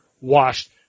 washed